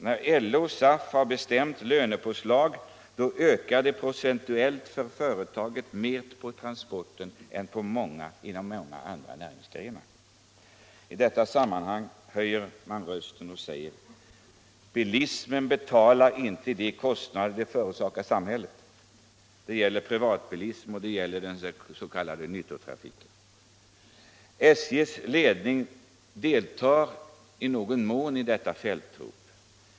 När LO och SAF har bestämt lönepåslaget blir den procentuella ökningen för företagen större på transporterna än när det gäller andra avsnitt. I detta sammanhang höjer man rösten och säger: Bilismen betalar inte de kostnader den förorsakar samhället. Det gäller privatbilismen och det gäller den s.k. nyttotrafiken. SJ:s ledning deltar i någon mån i detta fältrop.